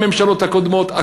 הממשלות הקודמות.